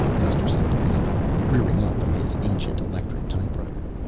gusterson demanded, rearing up from his ancient electric typewriter.